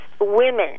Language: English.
women